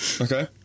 Okay